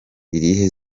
irihe